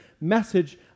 message